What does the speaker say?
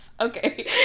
Okay